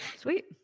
Sweet